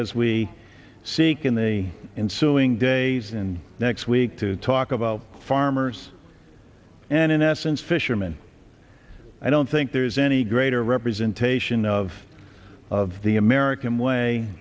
as we seek in the ensuing days and next week to talk about farmers and in essence fisherman i don't think there's any greater representation of of the american way